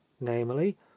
namely